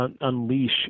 unleash